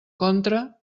contra